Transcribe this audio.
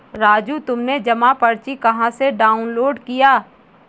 राजू तुमने जमा पर्ची कहां से डाउनलोड किया?